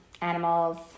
animals